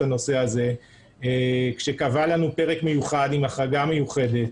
הנושא הזה כשקבע לנו פרק מיוחד עם החרגה מיוחדת.